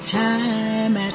time